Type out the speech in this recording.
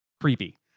creepy